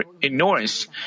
ignorance